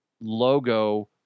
logo